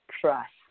trust